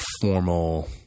formal